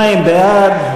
42 בעד,